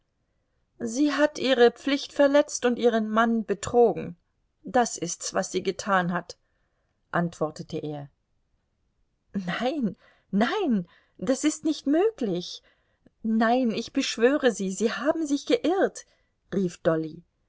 sie hat ihre pflicht verletzt und ihren mann betrogen das ist's was sie getan hat antwortete er nein nein das ist nicht möglich nein ich beschwöre sie sie haben sich geirrt rief dolly